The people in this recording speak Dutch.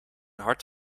hart